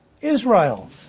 Israel